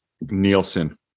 Nielsen